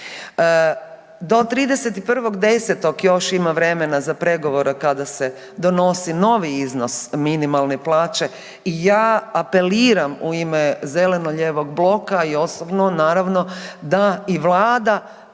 Do 31.10. još ima vremena za pregovore kada se donosi novi iznos minimalne plaće i ja apeliram u ime zeleno-lijevog bloka i osobno naravno da i Vlada